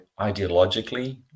ideologically